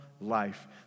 life